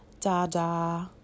Dada